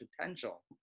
potential